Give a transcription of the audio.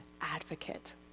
advocate